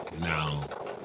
Now